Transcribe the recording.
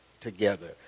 together